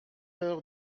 peur